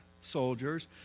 soldiers